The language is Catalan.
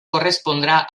correspondrà